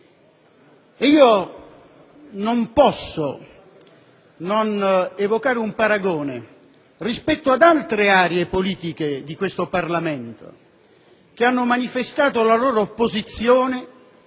Non posso non evocare un paragone rispetto ad altre aree politiche di questo Parlamento che hanno manifestato la propria opposizione